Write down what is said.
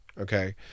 Okay